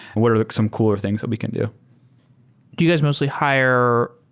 what are like some cooler things that we can do? do you guys mostly hire